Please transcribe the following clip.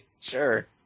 sure